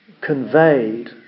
conveyed